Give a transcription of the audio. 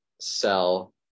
sell